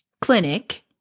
clinic